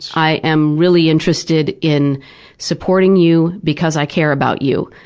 i am really interested in supporting you because i care about you.